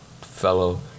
fellow